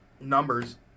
numbers